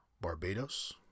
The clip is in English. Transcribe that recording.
Barbados